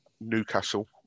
Newcastle